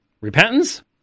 Repentance